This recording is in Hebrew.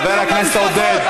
חבר הכנסת עודד,